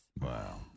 Wow